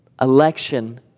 election